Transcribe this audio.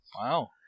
Wow